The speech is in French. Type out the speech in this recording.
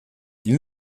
ils